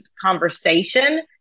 conversation